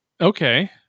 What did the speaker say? okay